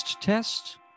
Test